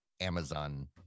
amazon